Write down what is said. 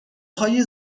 های